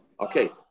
Okay